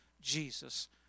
Jesus